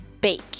Bake